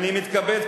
אני מתכבד,